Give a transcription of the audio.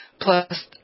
plus